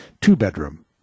two-bedroom